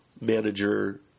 manager